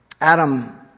Adam